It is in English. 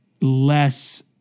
less